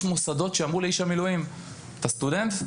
יש מוסדות שאמרו לאיש המילואים - אתה סטודנט?